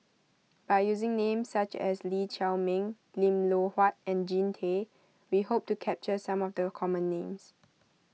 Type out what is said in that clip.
by using names such as Lee Chiaw Meng Lim Loh Huat and Jean Tay we hope to capture some of the common names